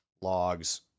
logs